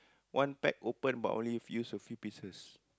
one pack open about only few use a few pieces